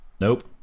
Nope